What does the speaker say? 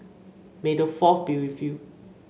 may the Fourth be with you